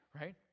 right